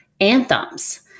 anthems